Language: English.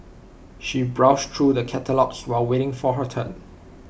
she browsed through the catalogues while waiting for her turn